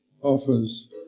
offers